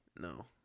No